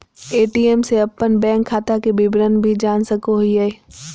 ATM से अपन bank खाता के विवरण भी जान सको हिये